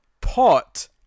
pot